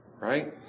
Right